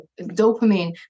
dopamine